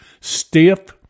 stiff